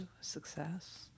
Success